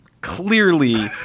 clearly